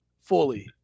fully